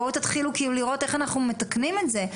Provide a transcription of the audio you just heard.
בואו תתחילו לראות איך אנחנו מתקנים את זה.